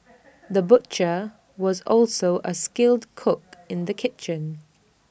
the butcher was also A skilled cook in the kitchen